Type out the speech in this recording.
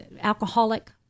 alcoholic